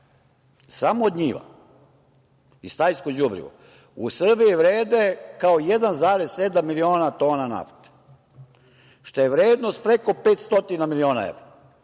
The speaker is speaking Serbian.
samo od njiva, i stajsko đubrivo, u Srbiji vrede kao 1,7 miliona tona nafte, što je vrednost preko 500 miliona evra.